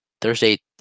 Thursday